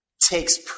takes